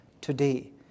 today